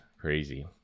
crazy